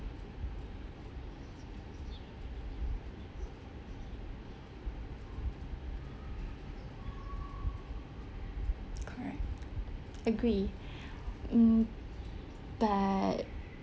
correct agree hmm but